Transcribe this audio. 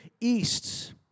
east